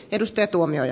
arvoisa puhemies